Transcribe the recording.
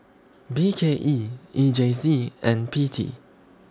B K E E J C and P T